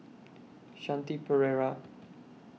Shanti Pereira